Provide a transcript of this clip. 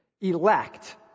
Elect